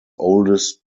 oldest